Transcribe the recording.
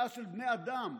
כעס של בני אדם.